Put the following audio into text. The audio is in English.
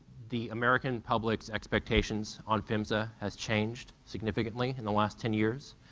the american public expectations on phmsa has changed significantly in the last ten years,